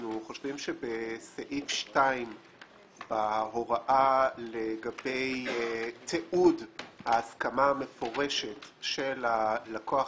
אנחנו חושבים שבסעיף 2 בהוראה לגבי תיעוד ההסכמה המפורשת של הלקוח